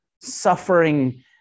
suffering